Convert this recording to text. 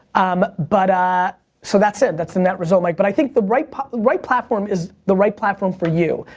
um but, so that's it, that's the net result, mike. but i think the right but the right platform is the right platform for you.